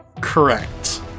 Correct